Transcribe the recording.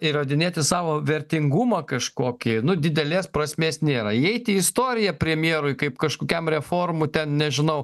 įrodinėti savo vertingumą kažkokį nu didelės prasmės nėra įeiti į istoriją premjerui kaip kažkokiam reformų ten nežinau